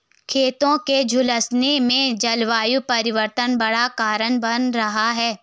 खेतों के झुलसने में जलवायु परिवर्तन बड़ा कारण बन रहा है